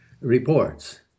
reports